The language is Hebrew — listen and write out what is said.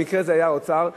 במקרה זה היה האוצר.